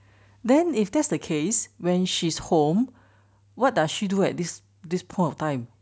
then if that's the case when she's home what does she do at this this point of time